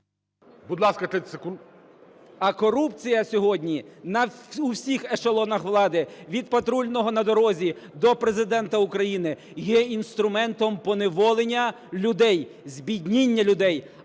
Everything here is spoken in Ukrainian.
Будь ласка, 30 секунд. БЕРЕЗЮК О.Р. … а корупція сьогодні на всіх ешелонах влади: від патрульного на дорозі до Президента України – є інструментом поневолення людей, збідніння людей,